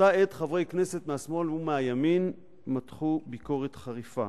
באותה עת חברי כנסת מהשמאל ומהימין מתחו ביקורת חריפה.